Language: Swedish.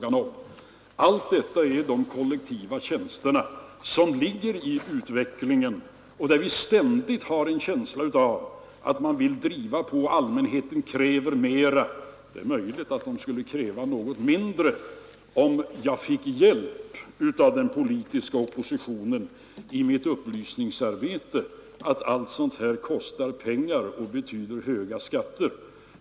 Allt detta ingår i de kollektiva tjänsternas utveckling, där vi ständigt har en känsla av att man vill driva på och där allmänheten kräver mer och mer. Det är möjligt att den skulle kräva något mindre om jag fick hjälp från den politiska oppositionen i mitt arbete att upplysa om att allt sådant kostar pengar och betyder höga skatter.